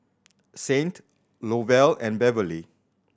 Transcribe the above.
Saint Lovell and Beverley